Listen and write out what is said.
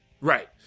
Right